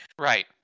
Right